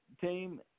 team